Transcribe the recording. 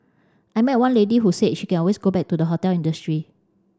I met one lady who said she can always go back to the hotel industry